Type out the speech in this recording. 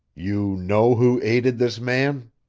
you know who aided this man?